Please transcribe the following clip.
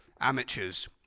amateurs